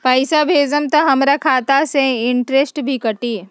पैसा भेजम त हमर खाता से इनटेशट भी कटी?